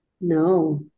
No